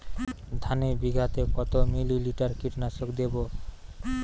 ধানে বিঘাতে কত মিলি লিটার কীটনাশক দেবো?